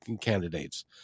candidates